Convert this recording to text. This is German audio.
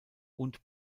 und